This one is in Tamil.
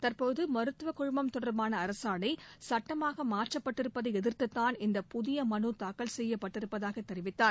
தற்போது மருத்துவக்குழுமம் தொடர்பான அரசாணை சுட்டமாக மாற்றப்பட்டிருப்பதை எதிர்த்துதான் இந்த புதிய மனு தாக்கல் செய்யப்பட்டிருப்பதாகத் தெரிவித்தார்